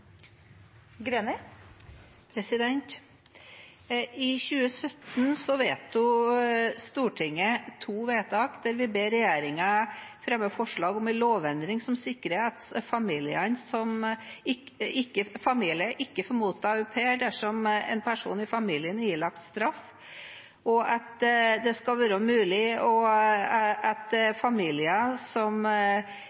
I 2017 fattet Stortinget to vedtak der vi ba regjeringen fremme forslag om en lovendring som sikrer at familier ikke får motta au pair dersom en person i familien er ilagt straff, og at det skal være mulig at familier som gjør grove overtramp, kan miste retten til å